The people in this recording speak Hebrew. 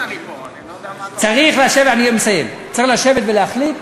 צריך לשבת ולהחליט